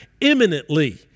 imminently